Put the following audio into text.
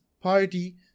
party